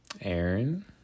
Aaron